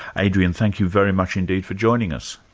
adrian, thank you very much indeed for joining us.